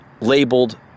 labeled